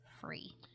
free